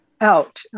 out